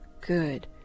good